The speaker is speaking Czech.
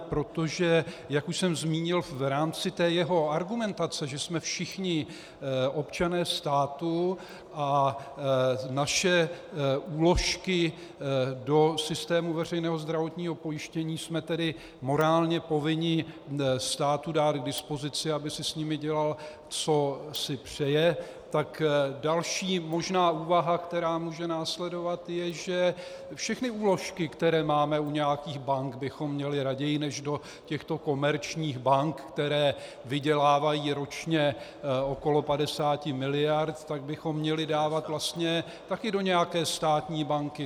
Protože, jak už jsem zmínil, v rámci té jeho argumentace, že jsme všichni občané státu a naše úložky do systému veřejného zdravotního pojištění jsme tedy morálně povinni státu dát k dispozici, aby si s nimi dělal, co si přeje, tak další možná úvaha, která může následovat, je, že všechny úložky, které máme u nějakých bank, bychom měli raději než do těchto komerčních bank, které vydělávají ročně okolo 50 miliard, tak bychom měli dávat vlastně taky do nějaké státní banky.